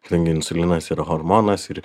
kadangi insulinas yra hormonas ir